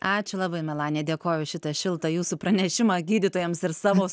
ačiū labai melanija dėkoju už šitą šiltą jūsų pranešimą gydytojams ir savo